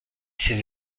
ses